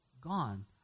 gone